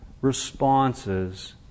responses